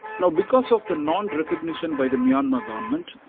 now, because of the non recognition by the myanmar government,